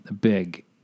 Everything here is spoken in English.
big